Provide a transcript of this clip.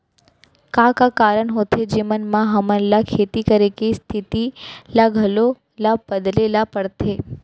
का का कारण होथे जेमन मा हमन ला खेती करे के स्तिथि ला घलो ला बदले ला पड़थे?